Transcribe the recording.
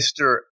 Mr